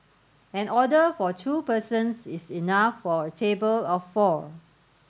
an order for two persons is enough for a table of four